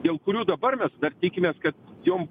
dėl kurių dabar mes tikimės kad jum